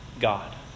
God